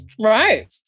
Right